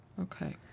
Okay